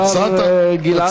השר גלעד ארדן,